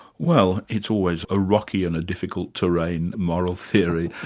well, it's always a rocky and a difficult terrain, moral theory.